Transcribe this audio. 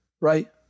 right